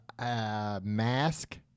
Mask